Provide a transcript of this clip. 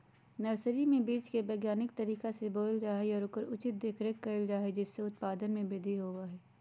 nursery में बीज के वैज्ञानिक तरीका से बोयल जा हई और ओकर उचित देखरेख कइल जा हई जिससे उत्पादन में वृद्धि होबा हई